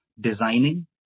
designing